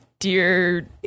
Dear